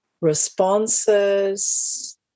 responses